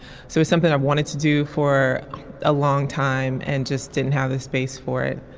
so it's something i've wanted to do for a long time and just didn't have the space for it.